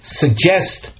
suggest